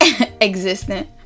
existent